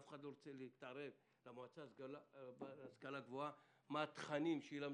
אף אחד לא רוצה להתערב למועצה להשכלה גבוהה על התכנים שילמדו,